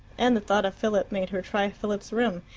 and the thought of philip made her try philip's room,